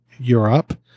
Europe